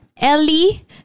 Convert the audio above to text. Ellie